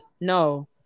No